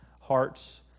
hearts